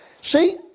See